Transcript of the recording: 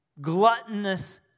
gluttonous